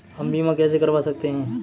हम बीमा कैसे करवा सकते हैं?